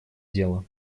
дело